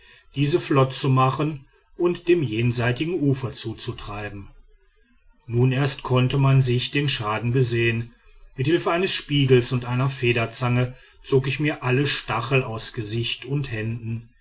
diese flott zu machen und dem jenseitigen ufer zuzutreiben nun erst konnte man sich den schaden besehen mit hilfe eines spiegels und einer federzange zog ich mir alle stacheln aus gesicht und händen